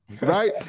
Right